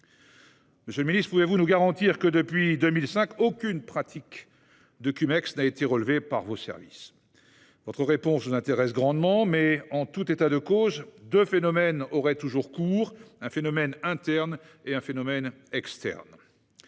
Monsieur le ministre, pouvez-vous nous garantir que, depuis 2005, aucune pratique de CumEx n'a été relevée par vos services ? Votre réponse nous intéresse grandement. Mais en tout état de cause, deux phénomènes auraient toujours cours : un phénomène interne et un phénomène externe.